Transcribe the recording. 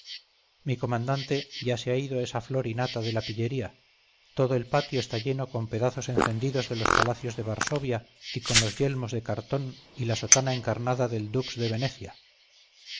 mi comandante ya se ha ido esa flor y nata de la pillería todo el patio está lleno con pedazos encendidos de los palacios de varsovia y con los yelmos de cartón y la sotana encarnada del dux de venecia